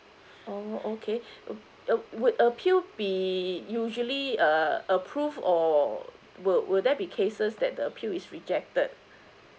oh okay uh uh wo~ would appeal be usually err approve or will will there be cases that the appeal is rejected